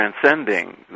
transcending